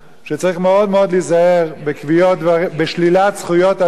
שצריך מאוד מאוד להיזהר בשלילת זכויות אדם.